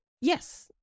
yes